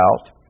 out